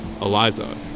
Eliza